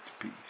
peace